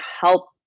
help